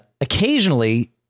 occasionally